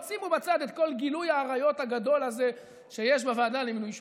שימו בצד את כל גילוי העריות הגדול הזה שיש בוועדה למינוי שופטים.